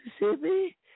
mississippi